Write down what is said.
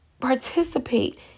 participate